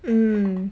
mm